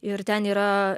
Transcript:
ir ten yra